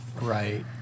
Right